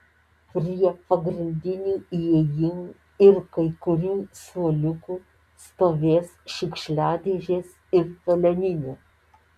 prie pagrindinių įėjimų ir kai kurių suoliukų stovės šiukšliadėžės ir peleninė